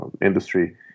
industry